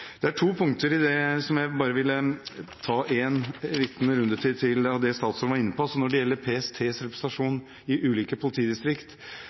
Det er to punkter jeg bare vil ta en liten runde til på av det som statsråden var inne på – det gjelder PSTs representasjon i ulike politidistrikt.